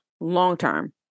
long-term